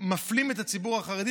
שמפלים בו את הציבור החרדי,